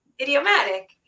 idiomatic